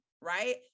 right